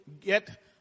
get